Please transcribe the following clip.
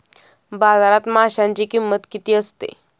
बाजारात माशांची किंमत किती असते?